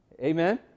Amen